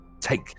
take